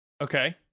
Okay